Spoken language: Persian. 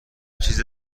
چیز